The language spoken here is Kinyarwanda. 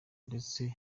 ndetse